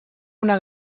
una